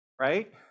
right